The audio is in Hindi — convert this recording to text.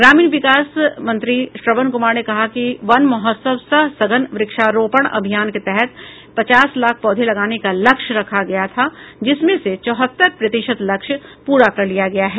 ग्रामीण विकास मंत्री श्रवण कुमार ने कहा कि वन महोत्सव सह सघन व्रक्षारोपण अभियान के तहत पचास लाख पौधे लगाने के लक्ष्य रखा गया था जिसमें से चौहत्तर प्रतिशत लक्ष्य पूरा कर लिया गया है